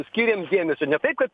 skyrėm dėmesio ne taip kad